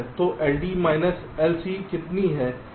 तो LD minus LC कितनी है